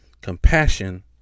compassion